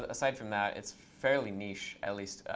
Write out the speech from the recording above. aside from that, it's fairly niche, at least,